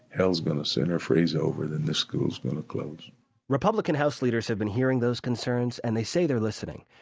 hell's gonna sooner freeze over than this school is gonna close republican house leaders have been hearing those concerns and they say they're listening.